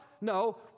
no